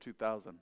2000